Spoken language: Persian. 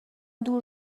دور